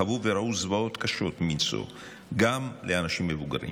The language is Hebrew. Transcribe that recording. חוו וראו זוועות קשות מנשוא גם לאנשים מבוגרים: